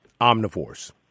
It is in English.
omnivores